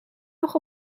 nog